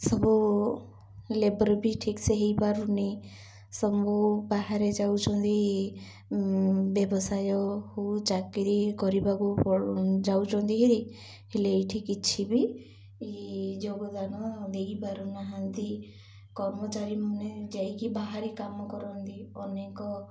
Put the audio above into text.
ସବୁ ଲେବର୍ ବି ଠିକ୍ସେ ହୋଇପାରୁନି ସବୁ ବାହାରେ ଯାଉଛନ୍ତି ବ୍ୟବସାୟ ହେଉ ଚାକିରୀ କରିବାକୁ ଯାଉଛନ୍ତି ହେରି ହେଲେ ଏଇଠି କିଛି ବି ଯୋଗଦାନ ଦେଇପାରୁନାହାନ୍ତି କର୍ମଚାରୀମାନେ ଯାଇକି ବାହାରେ କାମ କରନ୍ତି ଅନେକ